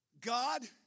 God